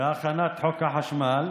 בהכנת חוק החשמל,